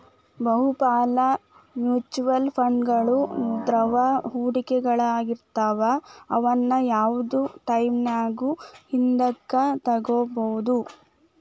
ಬಹುಪಾಲ ಮ್ಯೂಚುಯಲ್ ಫಂಡ್ಗಳು ದ್ರವ ಹೂಡಿಕೆಗಳಾಗಿರ್ತವ ಅವುನ್ನ ಯಾವ್ದ್ ಟೈಮಿನ್ಯಾಗು ಹಿಂದಕ ತೊಗೋಬೋದು